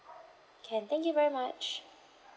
can thank you very much